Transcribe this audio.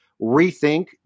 rethink